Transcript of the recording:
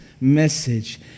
message